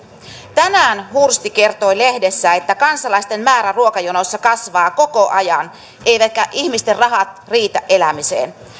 tänään hursti kertoi lehdessä että kansalaisten määrä ruokajonoissa kasvaa koko ajan eivätkä ihmisten rahat riitä elämiseen